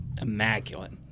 immaculate